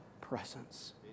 presence